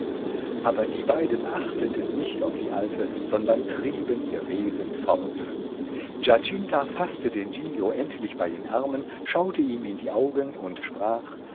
aber die beiden achteten nicht auf die alte sondern trieben ihr wesen fort giacinta faßte den giglio endlich bei den armen schaute ihm in die augen und sprach